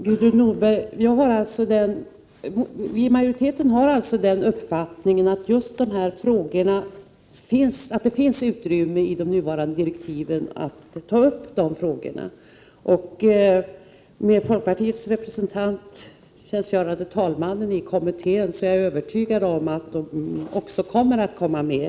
Herr talman! Vi i majoriteten har alltså uppfattningen att det finns utrymme i de nuvarande direktiven att ta upp dessa frågor, Gudrun Norberg. Eftersom folkpartiets representant i kommittén är tjänstgörande talmannen är jag övertygad om att de också kommer att diskuteras.